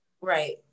Right